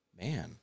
Man